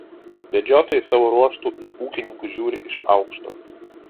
medžiotojai savo ruožtu į ūkininkus žiūri iš aukšto